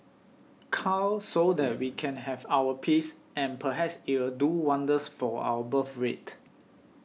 cull so that we can have our peace and perhaps it'll do wonders for our birthrate